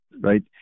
right